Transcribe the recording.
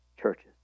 churches